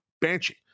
banshee